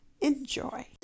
Enjoy